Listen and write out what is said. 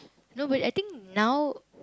nobody I think now